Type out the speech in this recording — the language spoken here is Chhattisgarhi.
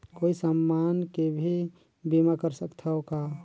कोई समान के भी बीमा कर सकथव का?